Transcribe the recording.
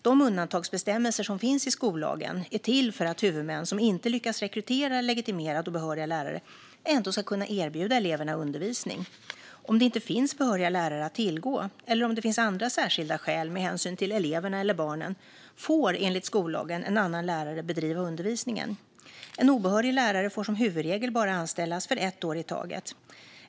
De undantagsbestämmelser som finns i skollagen är till för att huvudmän som inte lyckas rekrytera legitimerade och behöriga lärare ändå ska kunna erbjuda eleverna undervisning. Om det inte finns behöriga lärare att tillgå, eller om det finns andra särskilda skäl med hänsyn till eleverna eller barnen, får enligt skollagen en annan lärare bedriva undervisningen. En obehörig lärare får som huvudregel bara anställas för ett år i taget.